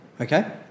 okay